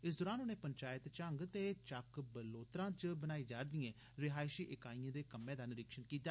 इस दरान उनें पंचैत झंग ते चक्क बलोत्रां च बनाई जा रदिए रिहायशी इकाइए दे कम्मै दा निरीक्षण कीता